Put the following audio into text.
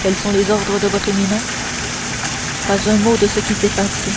quels sont les ordres de votre éminence pas un mot de ce qui s'est passé